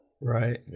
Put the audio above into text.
right